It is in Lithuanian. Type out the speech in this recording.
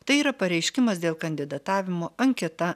tai yra pareiškimas dėl kandidatavimo anketa